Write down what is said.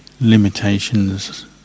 limitations